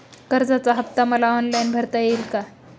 कर्जाचा हफ्ता मला ऑनलाईन भरता येईल का?